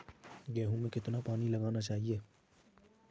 गेहूँ में कितना पानी लगाना चाहिए?